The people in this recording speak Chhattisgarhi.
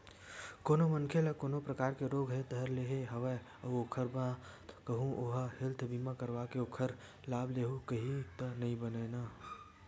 कोनो मनखे ल कोनो परकार के रोग ह धर ले हवय अउ ओखर बाद कहूँ ओहा हेल्थ बीमा करवाके ओखर लाभ लेहूँ कइही त नइ बनय न